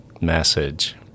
message